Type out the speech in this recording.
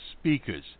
Speakers